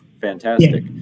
fantastic